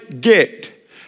get